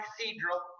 cathedral